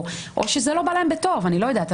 או שזה לא בא להם בטוב, אני לא יודעת.